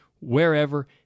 wherever